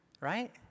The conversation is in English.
Right